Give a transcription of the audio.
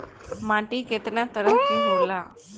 माटी केतना तरह के होला?